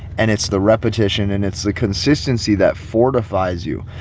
and it's the repetition and it's the consistency that fortifies you.